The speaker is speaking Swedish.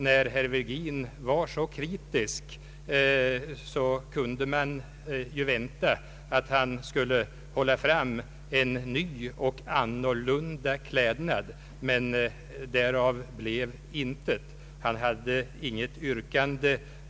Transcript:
När herr Virgin var så kritisk kunde man vänta att han skulle hålla fram en ny och annorlunda klädnad, men därav blev intet. Han hade inget yrkande.